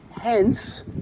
Hence